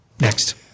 Next